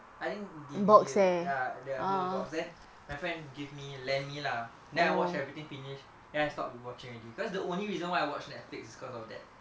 I think D_V_D ya the whole box then my friend give me lend me lah then I watch everything finish then I stopped watching already because the only reason why I watch Netflix is because of that